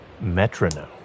Metronome